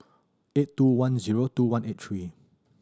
eight two one zero two one eight three